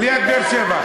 זה עומר, ליד באר-שבע.